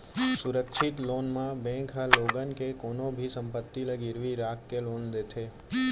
सुरक्छित लोन म बेंक ह लोगन के कोनो भी संपत्ति ल गिरवी राख के लोन देथे